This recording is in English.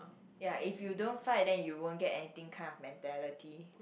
ya if you don't fight then you won't get anything kind of mentality